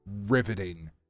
riveting